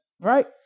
right